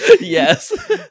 Yes